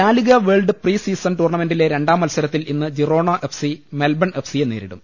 La Liga world pre season ടൂർണമെന്റിലെ രണ്ടാം മത്സരത്തിൽ ഇന്ന് Girona F C Melbourne F C യെ നേരിടും